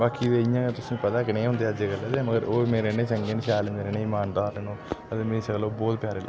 बाकी दे इयां गै तुसें पता कनेह् होंदे अज्जै कल्लै दे मगर ओह् मेरे नै चंगे न शैल न मेरे ने ईमानदार न ओह् ते मिकी इस्सै गल्लै बोह्त प्यारे न ओह्